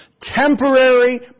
temporary